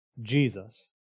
Jesus